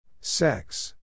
Sex